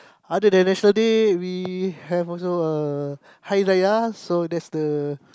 other than National Day we have also uh Hari-Raya so that's the